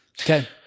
okay